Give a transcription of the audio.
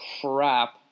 crap